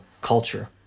culture